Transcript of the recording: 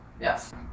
yes